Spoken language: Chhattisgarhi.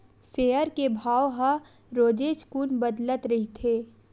सेयर के भाव ह रोजेच कुन बदलत रहिथे